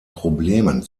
problemen